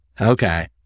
Okay